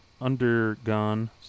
undergone –